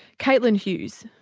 caitlin hughes.